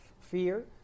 fear